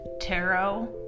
tarot